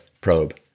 probe